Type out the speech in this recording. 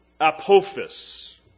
Apophis